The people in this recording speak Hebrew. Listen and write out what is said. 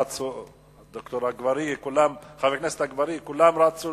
חבר הכנסת אגבאריה, כולם רצו